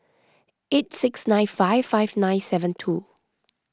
eight six nine five five nine seven two